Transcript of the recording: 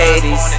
80s